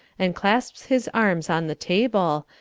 and clasps his arms on the table,